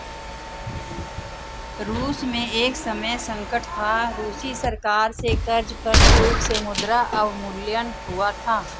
रूस में एक समय संकट था, रूसी सरकार से कर्ज पर चूक से मुद्रा अवमूल्यन हुआ था